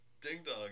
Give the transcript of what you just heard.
ding-dong